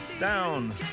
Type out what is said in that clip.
Down